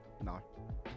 No